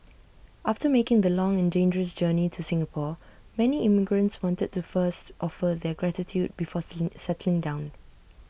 after making the long and dangerous journey to Singapore many immigrants wanted to first offer their gratitude before settling down